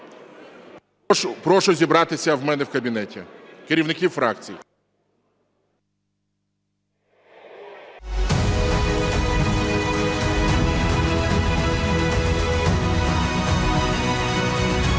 Прошу зібратися в мене в кабінеті керівників фракцій.